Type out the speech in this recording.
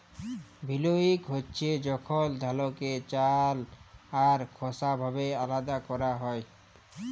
ভিল্লউইং হছে যখল ধালকে চাল আর খোসা ভাবে আলাদা ক্যরা হ্যয়